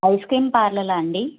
ice cream పార్లరా అండి